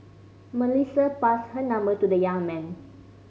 Melissa passed her number to the young man